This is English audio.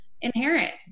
inherit